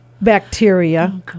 bacteria